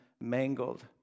mangled